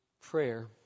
prayer